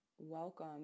Welcome